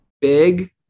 Big